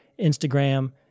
Instagram